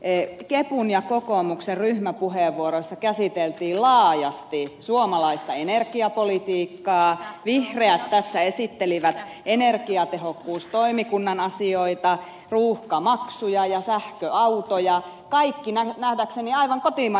siis kepun ja kokoomuksen ryhmäpuheenvuoroissa käsiteltiin laajasti suomalaista energiapolitiikkaa vihreät tässä esittelivät energiatehokkuustoimikunnan asioita ruuhkamaksuja ja sähköautoja kaikki nähdäkseni aivan kotimaista hommaa